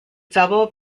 double